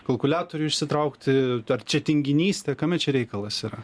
kalkuliatorių išsitraukti ar čia tinginystė kame čia reikalas yra